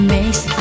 Makes